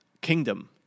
Kingdom